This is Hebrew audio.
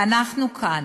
ואנחנו כאן,